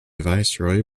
viceroy